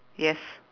yes